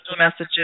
messages